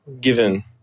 given